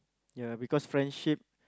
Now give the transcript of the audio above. ya because friendship